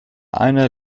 einer